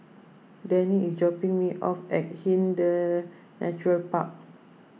Denny is dropping me off at Hindhede Natural Park